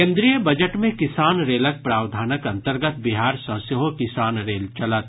केन्द्रीय बजट मे किसान रेलक प्रावधानक अंतर्गत बिहार सॅ सेहो किसान रेल चलत